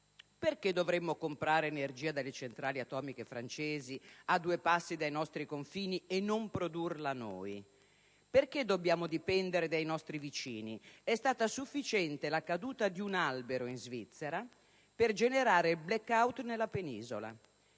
perché dovremmo comprare energia dalle centrali atomiche francesi, a due passi dai nostri confini, e non produrla noi? Perché dobbiamo dipendere dai nostri vicini? È stata sufficiente la caduta di un albero in Svizzera per generare il *black out* nella Penisola;